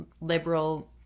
liberal